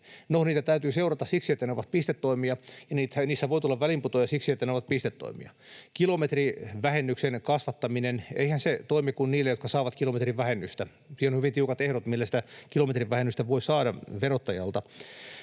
No, niitä täytyy seurata ja niissä voi tulla väliinputoajia siksi, että ne ovat pistetoimia. Kilometrivähennyksen kasvattaminen — eihän se toimi kuin niille, jotka saavat kilometrivähennystä. Siihen on hyvin tiukat ehdot, millä sitä kilometrivähennystä voi saada verottajalta.